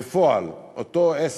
בפועל, אותו עסק,